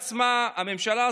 הממשלה,